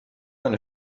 eine